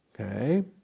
Okay